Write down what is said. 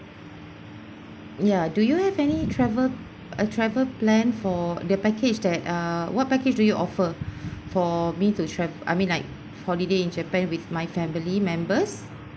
ya do you have any travel a travel plan for the package that err what package do you offer for me to tra~ I mean like holiday in japan with my family members